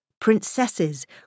Princesses